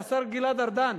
השר גלעד ארדן,